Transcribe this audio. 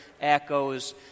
echoes